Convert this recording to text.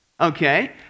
Okay